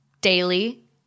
daily